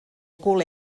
cul